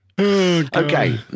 Okay